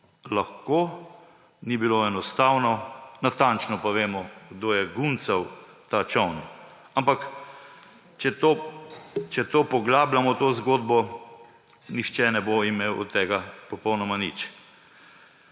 lahko, ni bilo enostavno, natančno pa vemo, kdo je guncal ta čoln. Ampak, če to zgodbo poglabljamo, nihče ne bo imel od tega popolnoma nič.